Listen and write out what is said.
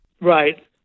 Right